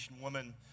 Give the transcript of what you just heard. woman